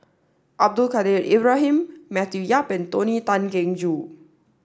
Abdul Kadir Ibrahim Matthew Yap and Tony Tan Keng Joo